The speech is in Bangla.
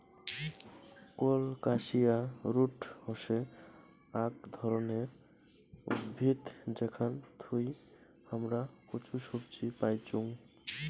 কোলকাসিয়া রুট হসে আক ধরণের উদ্ভিদ যেখান থুই হামরা কচু সবজি পাইচুং